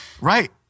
Right